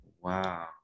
Wow